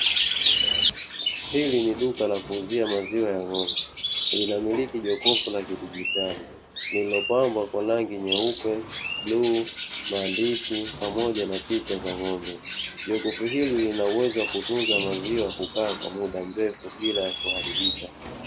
Hili ni duka la kuuzia maziwa ya ngo'mbe linamiliki jokofu la kidigitali lililopambwa kwa rangi nyeupe, bluu, maandishi pamoja na picha za ng'ombe. jokofu hili linauwezo wa kutunza maziwa kukaa kwa mda mrefu bila kuharibika.